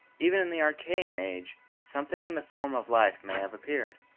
even in the archaean age something in the form of life may have appeared.